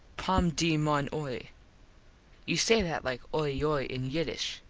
pom de mon oie you say that like oie yoy in yiddish.